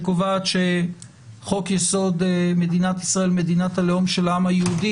שקובעת שחוק-יסוד: מדינת ישראל - מדינת הלאום של העם היהודי,